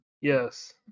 yes